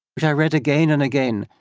which i read again and again,